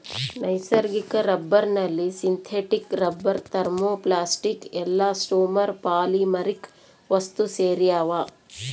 ನೈಸರ್ಗಿಕ ರಬ್ಬರ್ನಲ್ಲಿ synthetic rubber thermoplastic elastomer polymeric ವಸ್ತುಸೇರ್ಯಾವ